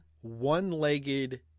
one-legged